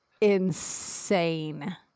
insane